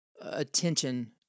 attention